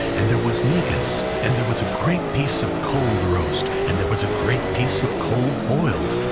and there was negus, and there was a great piece of cold roast, and there was a great piece of cold boiled,